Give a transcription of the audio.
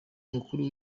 mukuru